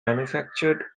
manufactured